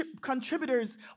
contributors